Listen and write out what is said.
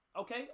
Okay